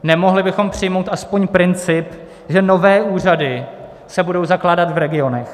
Nemohli bychom přijmout aspoň princip, že nové úřady se budou zakládat v regionech?